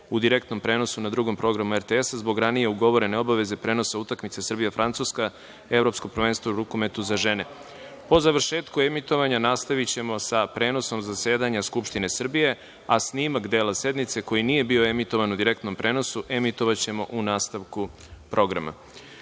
u direktnom prenosu, na Drugom programu RTS-a, zbog ranije ugovorene obaveze prenosa utakmice Srbija – Francuska, Evropsko prvenstvo u rukometu za žene. Po završetku emitovanja, nastavićemo sa prenosom zasedanja Skupštine Srbije, a snimak dela sednice koji nije bio emitovan u direktnom prenosu emitovaćemo u nastavku programa. Reč